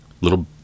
Little